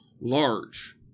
large